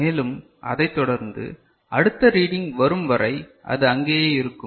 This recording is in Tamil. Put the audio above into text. மேலும் அதைத் தொடர்ந்து அடுத்த ரீடிங் வரும் வரை அது அங்கேயே இருக்கும்